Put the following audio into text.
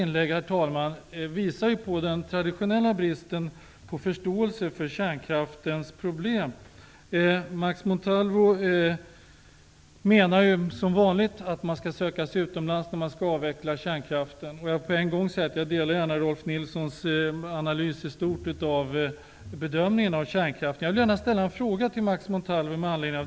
Max Montalvos inlägg visar på den traditionella bristen på förståelse för kärnkraftens problem. Max Montalvo anser som vanligt att man skall söka sig utomlands när man skall avveckla kärnkraften. Jag vill direkt säga att jag i stort instämmer i Rolf L Nilsons analys av bedömningen när det gäller kärnkraften.